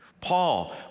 Paul